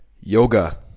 yoga